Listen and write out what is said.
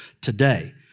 today